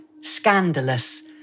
scandalous